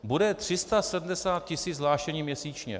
Bude 370 tisíc hlášení měsíčně.